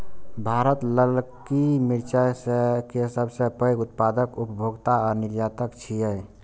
भारत ललकी मिरचाय के सबसं पैघ उत्पादक, उपभोक्ता आ निर्यातक छियै